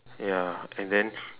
ya and then